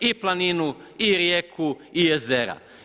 I planinu i rijeku i jezera.